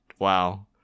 Wow